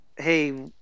hey